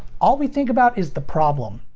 all we think about is the problem.